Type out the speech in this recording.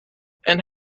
and